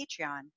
Patreon